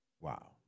Wow